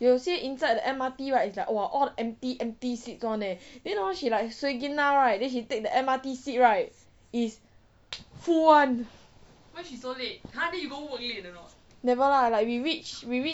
有些 inside the M_R_T right is like !wah! all the empty empty seats [one] leh then hor she is like suay ginna right then she take the M_R_T seat right is full [one] never lah like we reached we reach